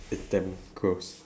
it's damn gross